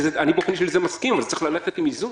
אני באופן אישי מסכים לזה אבל זה צריך ללכת עם איזון.